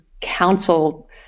counsel